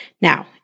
Now